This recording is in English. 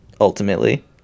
ultimately